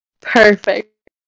Perfect